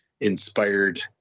inspired